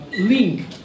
link